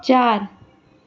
चार